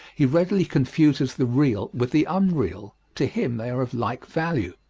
he readily confuses the real with the unreal to him they are of like value.